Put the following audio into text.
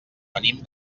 venim